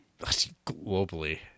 Globally